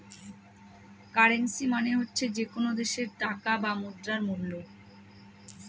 currency মানে হচ্ছে যে কোনো দেশের টাকা বা মুদ্রার মুল্য